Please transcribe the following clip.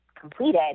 completed